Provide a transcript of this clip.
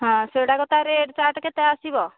ହଁ ସେଗୁଡ଼ାକ ତା ରେଟ୍ ଷ୍ଟାର୍ଟ୍ କେତେ ଆସିବ